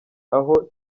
aho